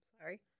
sorry